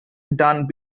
done